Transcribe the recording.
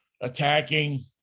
attacking